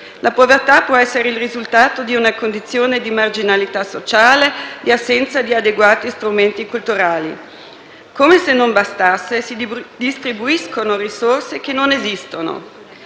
La povertà può essere il risultato di una condizione di marginalità sociale e assenza di adeguati strumenti culturali. Come se non bastasse, si distribuiscono risorse che non esistono.